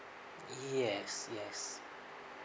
yes yes